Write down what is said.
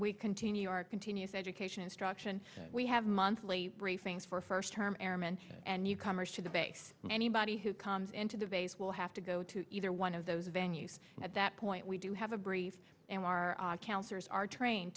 we continue our continuous education instruction we have monthly briefings for first term airmen and new comers to the base and anybody who comes into the base will have to go to either one of those venues at that point we do have a brief and our counselors are trained